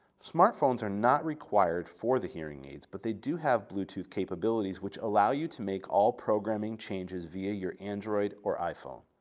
smartphones are not required for the hearing aids but they do have bluetooth capabilities which allow you to make all programming changes via your android or iphone.